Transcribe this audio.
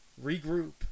Regroup